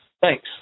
Thanks